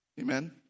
Amen